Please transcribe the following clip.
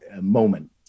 moment